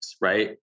Right